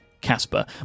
Casper